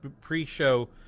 pre-show